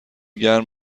گرم